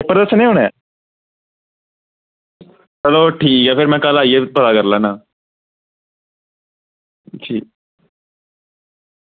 paper दसनें उनैं चलो ठीक ऐ फिर में कल आइयै पता करी लैन्नां ठीक